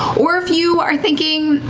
or if you are thinking,